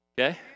Okay